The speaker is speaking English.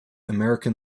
american